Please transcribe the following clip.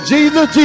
Jesus